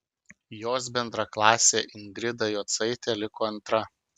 jos bendraklasė ingrida jocaitė liko antra